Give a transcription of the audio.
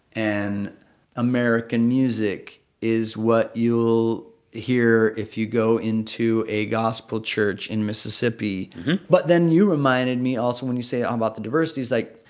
and american music is what you'll hear if you go into a gospel church in mississippi but then you reminded me also, when you say um about the diversity is like,